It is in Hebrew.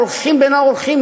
הולכים בין האורחים,